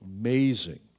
Amazing